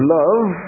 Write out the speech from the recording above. love